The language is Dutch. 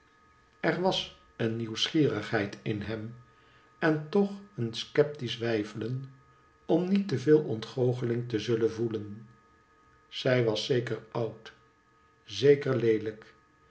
er was een nieuwsgierigheid in hem en toch een sceptiesch weifelen om niet te veel ontgoocheling te zullen voelen zij was zeker oud zeker leelijk